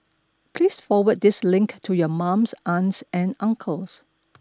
please forward this link to your mums aunts and uncles